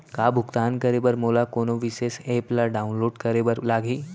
का भुगतान करे बर मोला कोनो विशेष एप ला डाऊनलोड करे बर लागही